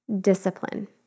discipline